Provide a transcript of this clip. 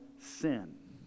sin